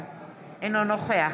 אינו נוכח